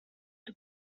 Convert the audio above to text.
توو